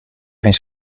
geen